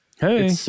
Hey